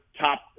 top